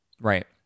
Right